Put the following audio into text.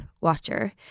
watcher